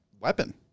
weapon